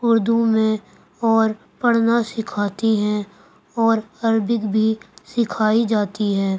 اردو میں اور پڑھنا سکھاتی ہیں اور عربک بھی سکھائی جاتی ہے